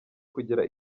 kugira